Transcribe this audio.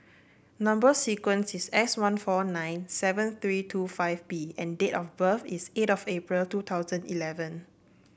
number sequence is S one four nine seven three two five B and date of birth is eight of April two thousand eleven